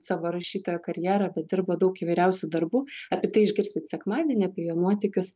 savo rašytojo karjerą bet dirbo daug įvairiausių darbų apie tai išgirsit sekmadienį apie jo nuotykius